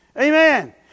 Amen